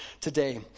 today